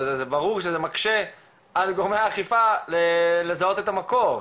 זה ברור שזה מקשה על גורמי האכיפה לזהות את המקור,